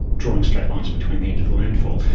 drawing straight lines between the edge of the landfall.